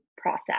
process